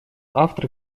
автор